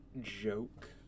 joke